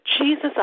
Jesus